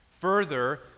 Further